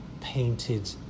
painted